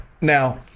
Now